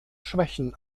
schwächen